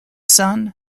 son